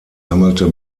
sammelte